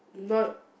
not